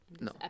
No